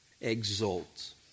exult